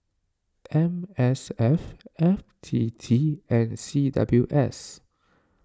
M S F F T T and C W S